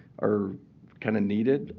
are kind of needed, ah